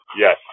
Yes